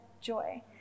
joy